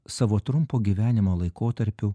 savo trumpo gyvenimo laikotarpiu